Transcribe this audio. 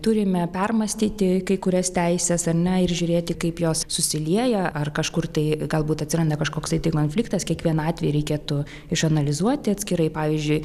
turime permąstyti kai kurias teises ar ne ir žiūrėti kaip jos susilieja ar kažkur tai galbūt atsiranda kažkoks tai konfliktas kiekvieną atvejį reikėtų išanalizuoti atskirai pavyzdžiui